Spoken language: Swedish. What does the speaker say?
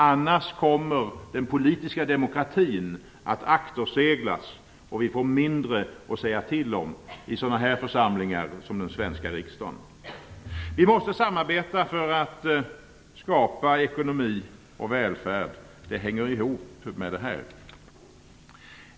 Annars kommer den politiska demokratin att akterseglas och vi får mindre att säga till om i församlingar som Sveriges riksdag. Vi måste samarbeta för att skapa ekonomi och välfärd. Det hänger ihop med dessa frågor.